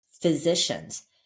physicians